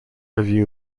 review